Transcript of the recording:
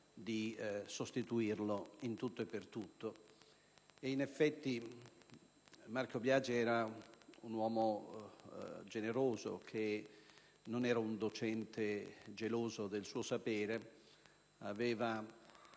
di sostituirlo in tutto e per tutto. In effetti Marco Biagi era un uomo generoso, non era un docente geloso del suo sapere. Aveva